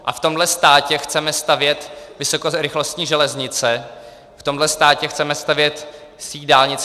A v tomhle státě chceme stavět vysokorychlostní železnice, v tomhle státě chceme stavět síť dálnic.